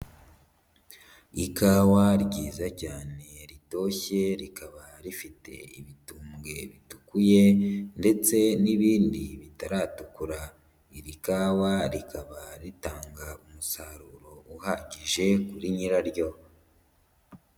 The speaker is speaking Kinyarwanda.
Ikawa ryiza cyane ritoshye rikaba rifite ibitumbwe bitukuye ndetse n'ibindi bitaratukura, iri kawa rikaba ritanga umusaruro uhagije kuri nyira ryo.